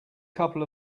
couple